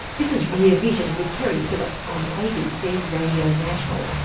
this is rear vision with keri phillips on abc radio national.